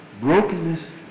brokenness